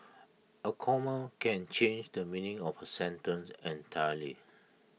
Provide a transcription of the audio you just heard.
A comma can change the meaning of A sentence entirely